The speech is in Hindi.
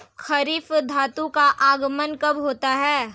खरीफ ऋतु का आगमन कब होता है?